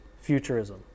futurism